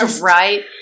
Right